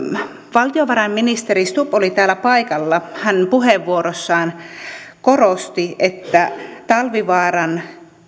valtiovarainministeri stubb oli täällä paikalla hän puheenvuorossaan korosti että talvivaaran